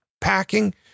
packing